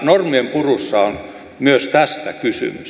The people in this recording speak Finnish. normien purussa on myös tästä kysymys